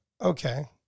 Okay